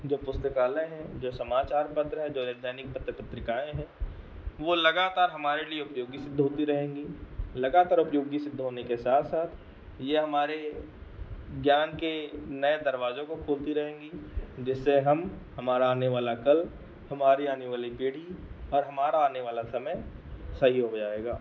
जो पुस्तकालय हैं जो समाचार पत्र हैं जो यह दैनिक पत्र पत्रिकाएँ हैं वह लगातार हमारे लिए उपयोगी सिद्ध होती रहेंगी लगातार उपयोगी सिद्ध होने के साथ साथ यह हमारे ज्ञान के नए दरवाज़ों को खोलती रहेंगी जिससे हम हमारा आने वाला कल हमारी आने वाली पीढ़ी और हमारा आने वाला समय सही हो जाएगा